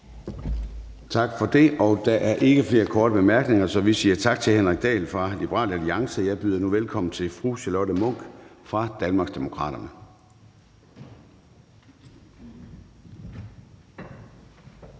Tak for det. Der er ikke flere korte bemærkninger, så vi siger tak til hr. Henrik Dahl fra Liberal Alliance. Jeg byder nu velkommen til fru Charlotte Munch fra Danmarksdemokraterne.